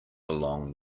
along